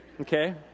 Okay